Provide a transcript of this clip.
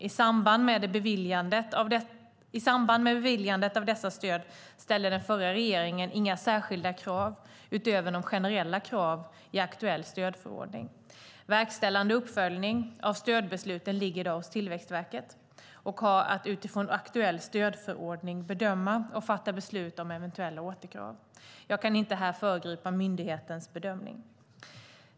I samband med beviljandet av dessa stöd ställde den förra regeringen inga särskilda krav utöver de generella kraven i aktuell stödförordning. Verkställande och uppföljning av stödbesluten ligger i dag hos Tillväxtverket, som har att utifrån aktuell stödförordning bedöma och fatta beslut om eventuella återkrav. Jag kan inte här föregripa myndighetens bedömning.